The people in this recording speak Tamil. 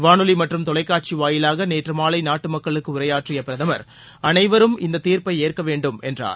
வானொலி மற்றும் தொலைக்காட்சி வாயிலாக நேற்று மாலை நாட்டு மக்களுக்கு உரையாற்றிய பிரதமா் அனைவரும் இந்த தீர்ப்பை ஏற்க வேண்டும் என்றார்